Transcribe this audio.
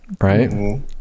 right